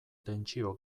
tentsio